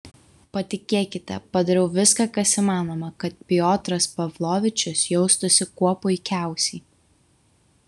patikėkite padariau viską kas įmanoma kad piotras pavlovičius jaustųsi kuo puikiausiai